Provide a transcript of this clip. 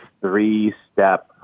three-step